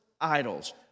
idols